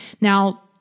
Now